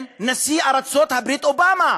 עם נשיא ארצות-הברית, אובמה.